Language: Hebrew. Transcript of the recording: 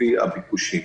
לפי הביקושים.